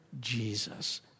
Jesus